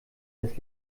das